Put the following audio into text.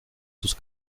sus